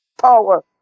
power